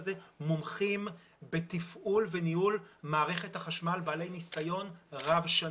הזה מומחים בתפעול וניהול מערכת החשמל בעלי ניסיון רב שנים.